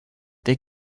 they